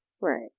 Right